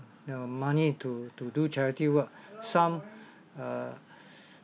the money to to do charity work some err